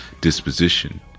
disposition